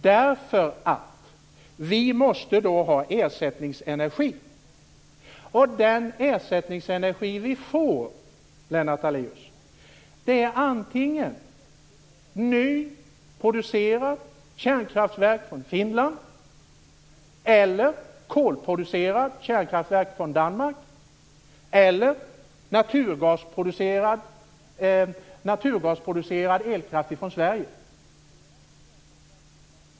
Vi måste då nämligen ha ersättningsenergi, och den ersättningsenergi vi får, Lennart Daléus, är antingen nyproducerad kärnkraft från Finland, kolproducerad elkraft från Danmark eller naturgasproducerad elkraft från Sverige.